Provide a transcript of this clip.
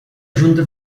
junta